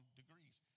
degrees